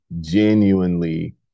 genuinely